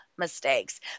Mistakes